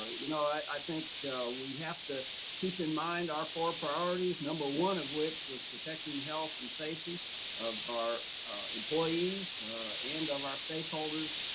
ah you know i think we have to keep in mind our four priorities. number one of which was protecting health and safety of our employees and of our stakeholders,